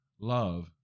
love